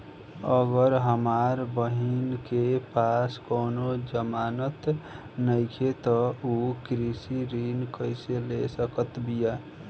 अगर हमार बहिन के पास कउनों जमानत नइखें त उ कृषि ऋण कइसे ले सकत बिया?